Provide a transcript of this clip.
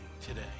today